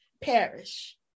perish